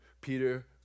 Peter